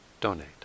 donate